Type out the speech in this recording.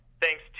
thanks